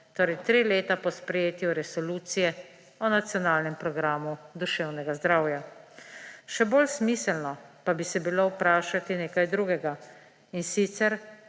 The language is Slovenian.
torej tri leta po sprejetju Resolucije o Nacionalnem programu duševnega zdravja. Še bolj smiselno pa bi se bilo vprašati nekaj drugega, in sicer,